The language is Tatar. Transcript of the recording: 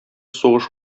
сугыш